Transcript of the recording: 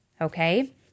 Okay